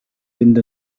fynd